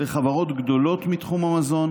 לחברות גדולות מתחום המזון